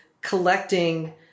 collecting